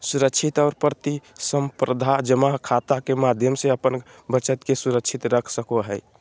सुरक्षित और प्रतिस्परधा जमा खाता के माध्यम से अपन बचत के सुरक्षित रख सको हइ